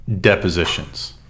Depositions